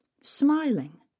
smiling